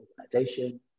organization